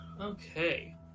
Okay